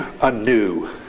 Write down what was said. anew